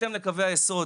בהתאם לקווי הייסוד